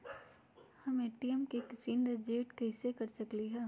हम ए.टी.एम के pin generate कईसे कर सकली ह?